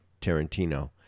Tarantino